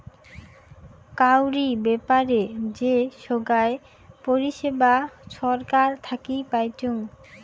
কাউরি ব্যাপারে যে সোগায় পরিষেবা ছরকার থাকি পাইচুঙ